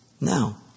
Now